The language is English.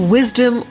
Wisdom